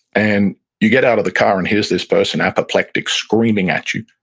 and you get out of the car, and here's this person apoplectic, screaming at you.